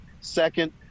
second